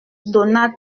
donat